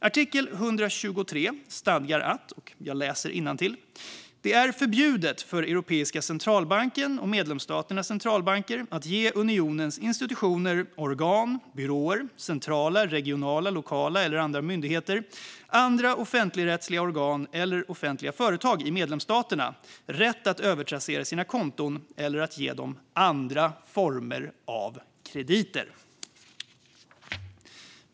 Artikel 123 stadgar följande: "Det är förbjudet för Europeiska centralbanken och medlemsstaternas centralbanker . att ge unionens institutioner, organ eller byråer, centrala, regionala, lokala eller andra myndigheter, andra offentligrättsliga organ eller offentliga företag i medlemsstaterna rätt att övertrassera sina konton eller att ge dem andra former av krediter."